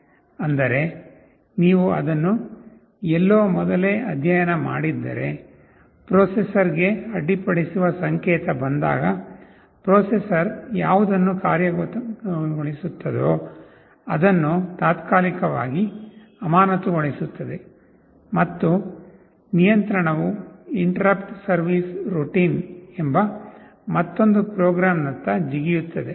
ಅಂದರೆ ನೀವು ಅದನ್ನು ಎಲ್ಲೋ ಮೊದಲೇ ಅಧ್ಯಯನ ಮಾಡಿದ್ದರೆ ಪ್ರೊಸೆಸರ್ ಗೆ ಅಡ್ಡಿಪಡಿಸುವ ಸಂಕೇತ ಬಂದಾಗ ಪ್ರೊಸೆಸರ್ ಯಾವುದನ್ನು ಕಾರ್ಯಗತಗೊಳಿಸುತ್ತಿರುತ್ತದೋ ಅದನ್ನು ತಾತ್ಕಾಲಿಕವಾಗಿ ಅಮಾನತುಗೊಳಿಸುತ್ತದೆ ಮತ್ತು ನಿಯಂತ್ರಣವು ಇಂಟರಪ್ಟ್ ಸರ್ವಿಸ್ ರೂಟೀನ್ ಎಂಬ ಮತ್ತೊಂದು ಪ್ರೋಗ್ರಾಂನತ್ತ ಜಿಗಿಯುತ್ತದೆ